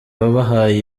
wabahaye